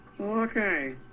Okay